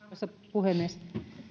puhemies